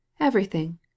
Everything